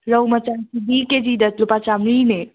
ꯔꯧ ꯃꯆꯥꯁꯤꯗꯤ ꯀꯦꯖꯤꯗ ꯂꯨꯄꯥ ꯆꯥꯝꯔꯤꯅꯦ